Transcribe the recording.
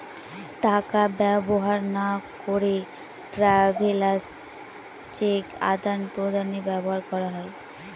টাকা ব্যবহার না করে ট্রাভেলার্স চেক আদান প্রদানে ব্যবহার করা হয়